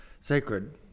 sacred